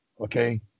okay